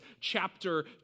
chapter